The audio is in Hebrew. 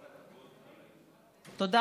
טלי, כל הכבוד על היוזמה הזאת.